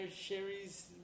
Sherry's